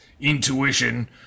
intuition